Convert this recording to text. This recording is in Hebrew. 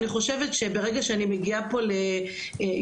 אני חושבת שברגע שאני מגיעה פה לאשפוז